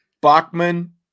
Bachman